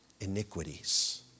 iniquities